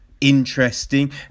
interesting